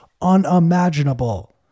unimaginable